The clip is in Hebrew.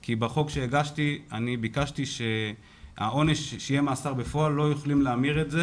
כי בחוק שהגשתי אני ביקשתי שיהיה מאסר בפועל ולא יוכלו להמיר אותו,